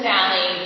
Valley